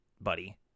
buddy